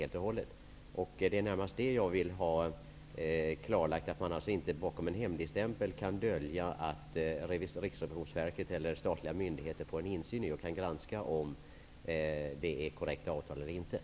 Jag vill ha klarlagt att det inte går att med hjälp av hemligstämpel hindra Riksrevisionsverket eller andra statliga myndigheter att få insyn i och granska om avtalen är korrekta eller ej.